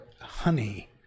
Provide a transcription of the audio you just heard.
honey